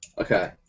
Okay